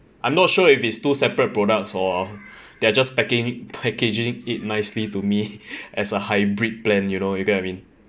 I'm not sure if it's two separate products or they're just packing packaging it nicely to me as a hybrid plan you know you get I mean